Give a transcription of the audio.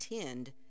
attend